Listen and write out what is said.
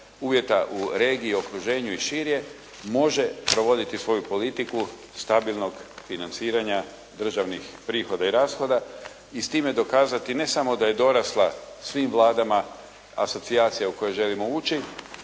uvjeta u regiji, okruženju i šire može provoditi svoju politiku stabilnog financiranja državnih prihoda i rashoda i s time dokazati ne samo da je dorasla svim Vladam asocijacija u koje želimo ući,